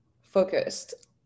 focused